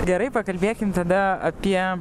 gerai pakalbėkim tada apie